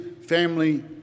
family